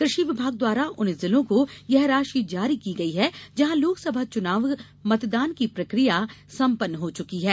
कृषि विभाग द्वारा उन जिलों को यह राशि जारी की गई है जहाँ लोकसभा चुनाव मतदान की प्रक्रिया सम्पन्न हो चुकी है